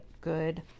good